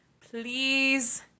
please